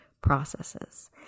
processes